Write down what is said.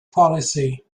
policy